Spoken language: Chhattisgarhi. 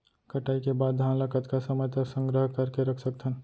कटाई के बाद धान ला कतका समय तक संग्रह करके रख सकथन?